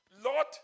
Lord